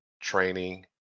training